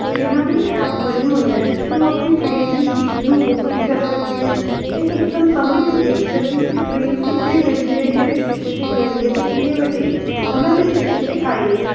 ਟਰੇਨਾਂ ਦੇ ਐਪ ਬਣੇ ਹੋਏ ਆ ਜਿੱਥੇ ਉਹ ਆਪਣੀ ਟਰੇਨ ਦੀ ਸੀਟ ਨੂੰ ਬੁੱਕ ਵੀ ਕਰ ਸਕਦੇ ਆ ਅਤੇ ਇਕਦਮ ਸਮੇਂ 'ਤੇ ਦੇਖ ਸਕਦੇ ਹੈ ਕਿ ਟਰੇਨ ਕਿੱਥੇ ਖੜ੍ਹੀ ਹੈ ਕਿਹੜੇ ਸਟੇਸ਼ਨ 'ਤੇ ਖੜ੍ਹੀ ਹੈ ਅਤੇ ਕਿੰਨੇ ਵਜੇ ਉਹਨਾਂ ਦੇ ਸਟੇਸ਼ਨ 'ਤੇ ਆਏਗੀ